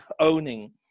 owning